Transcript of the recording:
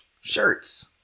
shirts